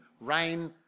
rain